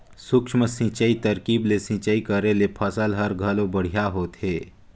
सूक्ष्म सिंचई तरकीब ले सिंचई करे ले फसल हर घलो बड़िहा होथे